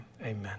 amen